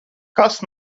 kas